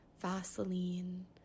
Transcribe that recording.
Vaseline